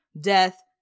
death